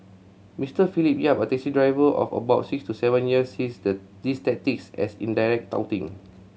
Mister Philip Yap a taxi driver of about six to seven years sees the these tactics as indirect touting